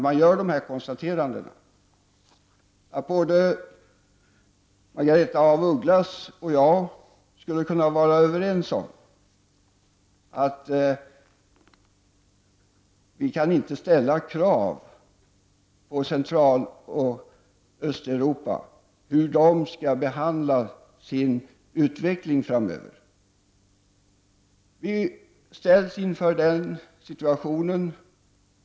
Med detta konstaterande anser jag att Margaretha av Ugglas och jag kan vara överens om att vi i Sverige inte kan ställa krav på hur länderna i Centraloch Östeuropa skall låta utvecklingen framskrida i resp. land.